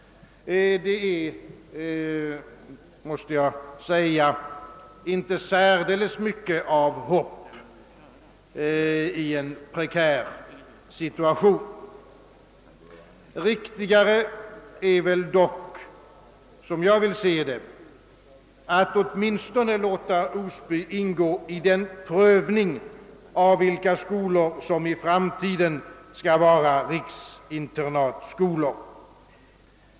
Detta inger, måste jag säga, inte särdeles mycket hopp i en prekär situation. Riktigare är väl dock, som jag vill se det, att åtminstone låta Osby ingå i en prövning av vilka skolor som i framtiden skall vara riksinternatskolor.